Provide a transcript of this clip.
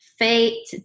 Fate